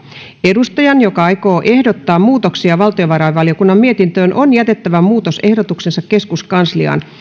edustajan joka aikoo ehdottaa muutoksia valtiovarainvaliokunnan mietintöön on jätettävä muutosehdotuksensa keskuskansliaan